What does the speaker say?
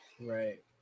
Right